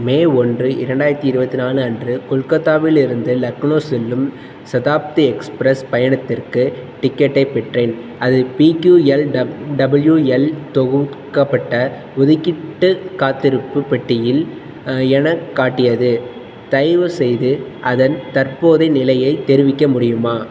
மே ஒன்று இரண்டாயிரத்தி இருவத்து நாலு அன்று கொல்கத்தாவிலிருந்து லக்னோ செல்லும் சதாப்தி எக்ஸ்பிரஸ் பயணத்திற்கு டிக்கெட்டைப் பெற்றேன் அது பிகியுஎல்டபிள்யூஎல் தொகுக்கப்பட்ட ஒதுக்கீட்டு காத்திருப்பு பெட்டியில் என காட்டியது தயவு செய்து அதன் தற்போது நிலையை தெரிவிக்க முடியுமா